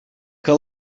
que